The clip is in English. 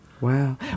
Wow